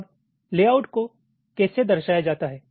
अब लेआउट को कैसे दर्शाया जाता है